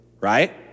right